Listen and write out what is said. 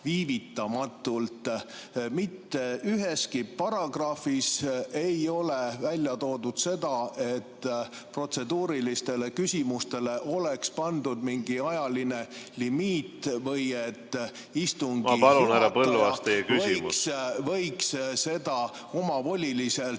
viivitamatult. Mitte üheski paragrahvis ei ole ära toodud seda, et protseduurilistele küsimustele oleks pandud mingi ajaline limiit või et istungi juhataja ... Aitäh,